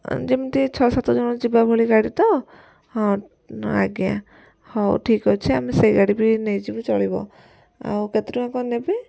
ଯେମିତି ଛଅ ସାତଜଣ ଯିବା ଭଳି ଗାଡ଼ି ତ ହଁ ଆଜ୍ଞା ହଉ ଠିକ୍ ଅଛି ଆମେ ସେଇ ଗାଡ଼ି ବି ନେଇ ଯିବୁ ଚଳିବ ଆଉ କେତେ ଟଙ୍କା କ'ଣ ନେବେ